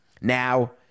Now